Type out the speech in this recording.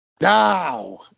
Now